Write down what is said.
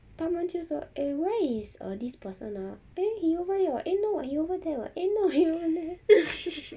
当然就是 eh where is uh this person ah eh he over here [what] eh no [what] he over there [what] eh no he over there